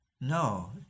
No